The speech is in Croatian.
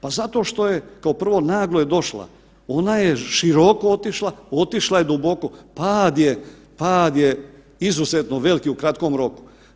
Pa zato što je, kao prvo naglo je došla, ona je široko otišla, otišla je duboko, pad je, pad je izuzetno veliki u kratkom roku.